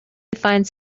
finds